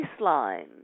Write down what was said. baseline